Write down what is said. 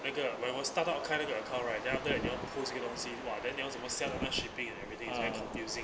那个 when was start out 开那个 account right then after that 你要 post 给东西 !wah! then 你要这么想那个 shipping and everything is very confusing